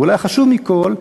ואולי החשוב מכול,